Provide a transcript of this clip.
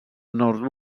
nord